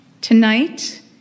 Tonight